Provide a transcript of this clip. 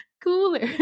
cooler